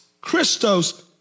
Christos